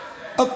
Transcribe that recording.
אתה,